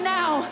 now